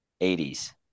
80s